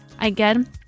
Again